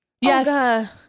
Yes